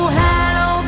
hello